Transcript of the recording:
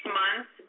months